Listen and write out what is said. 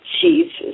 Jesus